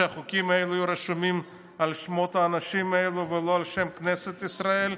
שהחוקים האלה יהיו רשומים על שמות האנשים האלה ולא על שם כנסת ישראל.